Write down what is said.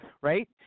Right